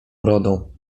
urodą